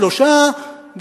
שלושה ימים,